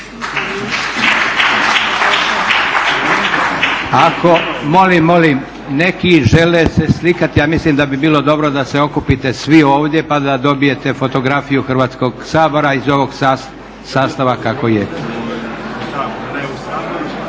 svima. /Pljesak/ Neki žele se slikati, a mislim da bi bilo dobro da se okupite svi ovdje pa da dobijete fotografiju Hrvatskog sabora iz ovog sastava kako je.